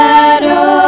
Shadow